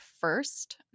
first